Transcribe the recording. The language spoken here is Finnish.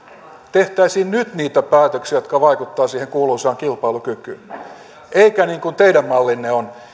tehtäisiin nyt niitä päätöksiä jotka vaikuttavat siihen kuuluisaan kilpailukykyyn eikä niin kuin teidän mallinne on